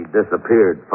disappeared